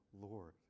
Lord